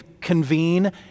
convene